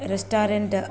restaurant